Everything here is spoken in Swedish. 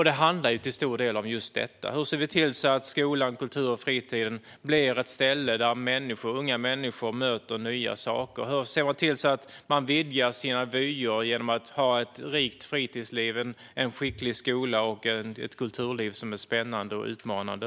Det handlar till stor del om just detta: Hur ser vi till att skolan, kulturen och fritiden blir ett ställe där unga människor möter nya saker? Hur ser vi till att man vidgar sina vyer genom ett rikt fritidsliv, en skicklig skola och ett kulturliv som är spännande och utmanande?